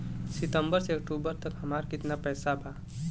सितंबर से अक्टूबर तक हमार कितना पैसा बा?